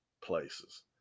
places